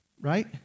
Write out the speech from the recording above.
Right